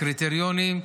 הקריטריונים,